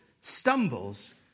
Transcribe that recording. stumbles